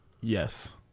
Yes